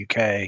UK